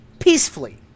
peacefully